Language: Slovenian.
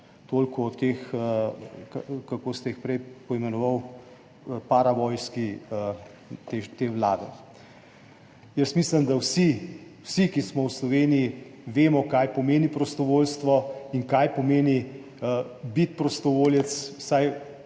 Toliko o tej, kako ste jo prej poimenovali, paravojski te vlade. Jaz mislim, da vsi, ki smo v Sloveniji, vemo, kaj pomeni prostovoljstvo in kaj pomeni biti prostovoljec,